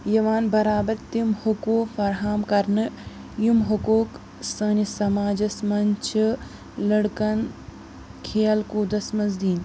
یِوان برابر تِم حقوق فراہم کرنہٕ یم حقوق سٲنِس سماجَس منٛز چھِ لٔڑکَن کھیل کوٗدس منٛز دِنۍ